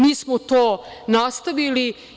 Mi smo to nastavili.